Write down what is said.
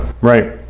Right